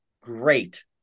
great